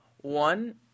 One